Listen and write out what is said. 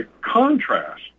contrast